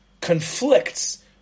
conflicts